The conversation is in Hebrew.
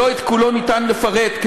שלא את כולו אפשר לפרט,